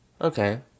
okay